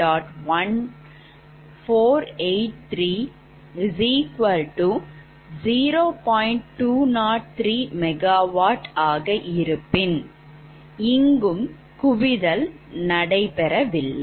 203MW ஆக இருப்பின் இங்கும் குவிதல் நடைபெறவில்லை